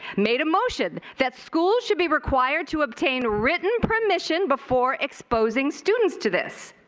made a motion that schools should be required to obtain written permission before exposing students to this.